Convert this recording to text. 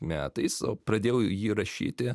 metais o pradėjau jį rašyti